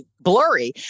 blurry